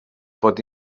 pot